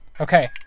Okay